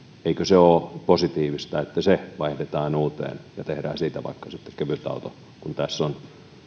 eikö se ole positiivista että se vaihdetaan uudempaan ja tehdään siitä vaikka sitten kevytauto kun tässä on